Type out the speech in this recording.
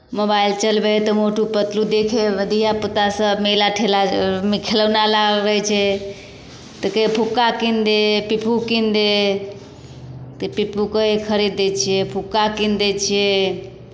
mobile चलबै हइ तऽ मोटू पतलू देखै हइ धियापुतासभ मेला ठेलामे खिलौना लबै छै तऽ कहै हइ फुक्का कीनि दे पिपहू कीनि दे तऽ पिपहूकेँ खरीद दै छियै फुक्का कीनि दै छियै